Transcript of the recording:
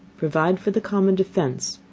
provide for the common defence,